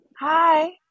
hi